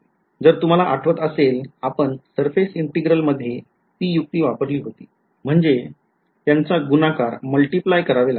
जर तुम्हाला आठवत असेल आपण surface integral मध्ये ती युक्ती वापरली होती म्हणजे त्यांचा गुणाकार करावे लागेल